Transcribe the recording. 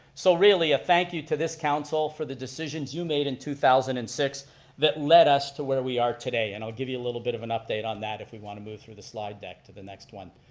so really a thank you to this council for the decisions you made in two thousand and six that led us to where we are today, and i'll give you a little bit of a and update on that if we want to move through the slide to the next one.